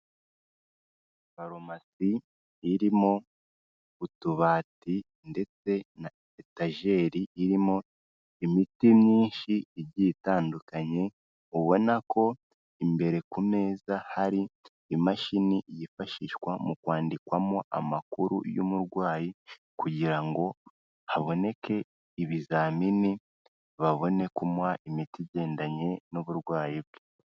Farumasi irimo utubati, ndetse na etajeri irimo imiti myinshi, igiye itandukanye, ubona ko imbere ku meza, hari imashini yifashishwa mu kwandikwamo amakuru y'umurwayi, kugira ngo haboneke ibizamini, babone kumuha imiti igendanye n'uburwayi bwe.